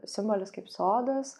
simbolis kaip sodas